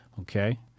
Okay